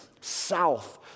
south